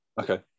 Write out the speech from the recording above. Okay